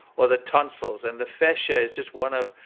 or the tonsils. and the fascia is just one of.